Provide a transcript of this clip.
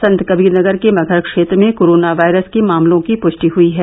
संतकबीरनगर के मगहर क्षेत्र में कोरोना वायरस के मामलों की पुष्टि हुई है